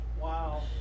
Wow